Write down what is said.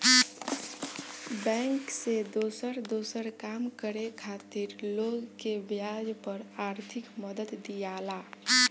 bank से दोसर दोसर काम करे खातिर लोग के ब्याज पर आर्थिक मदद दियाला